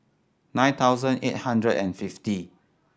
nine thousand eight hundred and fifty